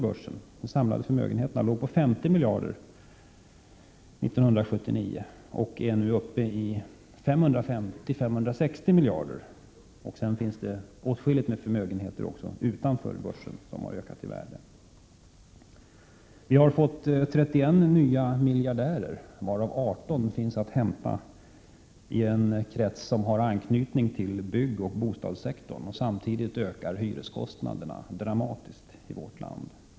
De samlade förmögenheterna på börsen låg på 50 miljarder 1979 och är nu uppe i 550-560 miljarder, och sedan finns det åtskilligt med förmögenheter utanför börsen som har ökat i värde. Vi har fått 31 nya miljardärer, varav 18 finns att hämta i en krets som har anknytning till byggoch bostadssektorn. Samtidigt ökar hyreskostnaderna dramatiskt i vårt land.